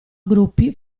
gruppi